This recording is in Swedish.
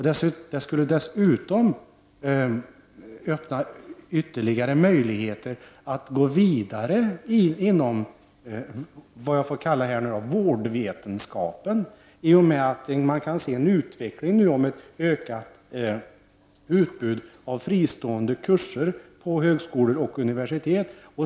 Det skulle dessutom öppna ytterligare möjligheter att gå vidare inom ”vårdvetenskapen”. Man kan ju nu se en utveckling av ett ökat utbud av fristående kurser på högskolor och universitet.